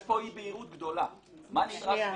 יש פה אי-בהירות גדולה, מה נדרש מאתנו,